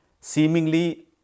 seemingly